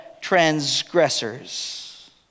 transgressors